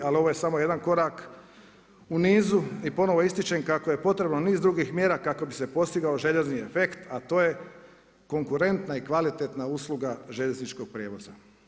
Ali ovo je samo jedan korak u nizu i ponovno ističem kako je potrebno niz drugih mjera kako bi se postigao željezni efekt, a to je konkurentna i kvalitetna usluga željezničkog prijevoza.